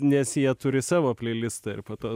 nes jie turi savo pleilistą ir po to